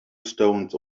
stones